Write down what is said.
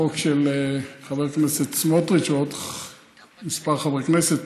החוק של חבר הכנסת סמוטריץ ועוד כמה חברי כנסת.